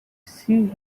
sea